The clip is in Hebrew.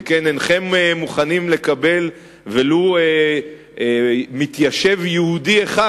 שכן אינכם מוכנים לקבל ולו מתיישב יהודי אחד,